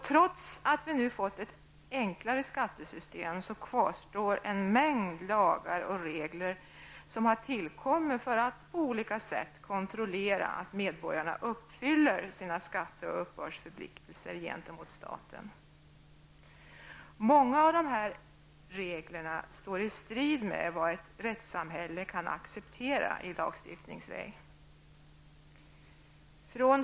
Trots att vi nu har fått ett enklare skattesystem så kvarstår en mängd lagar och regler som tillkommit för att på olika sätt kontrollera att medborgarna uppfyller sina skatte och uppbördsförpliktelser gentemot staten. Många av dessa regler står i strid med vad ett rättssamhälle kan acceptera i lagstiftningsväg.